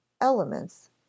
Elements